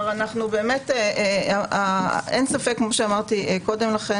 אין ספק כאמור,